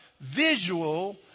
visual